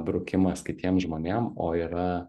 brukimas kitiem žmonėm o yra